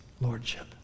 lordship